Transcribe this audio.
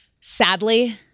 sadly –